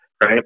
right